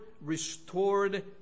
restored